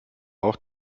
auch